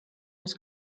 was